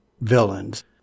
villains